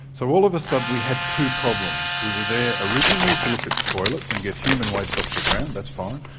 so all of a sudden, we had two problems. we were there originally to look at toilets and get human waste off the ground, that's fine.